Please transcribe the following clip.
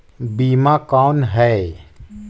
बीमा कौन है?